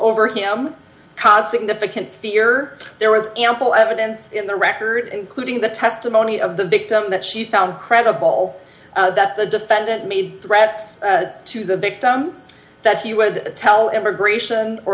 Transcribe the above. over him caused significant fear there was ample evidence in the record including the testimony of the victim that she found credible that the defendant made threats to the victim that she would tell immigration